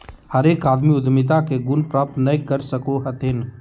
हरेक आदमी उद्यमिता के गुण प्राप्त नय कर सको हथिन